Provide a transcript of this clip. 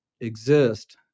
exist